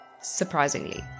surprisingly